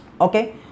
Okay